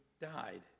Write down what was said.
died